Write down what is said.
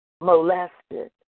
molested